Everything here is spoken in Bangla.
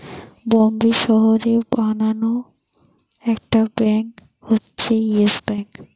বোম্বের শহরে বানানো একটি ব্যাঙ্ক হচ্ছে ইয়েস ব্যাঙ্ক